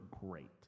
great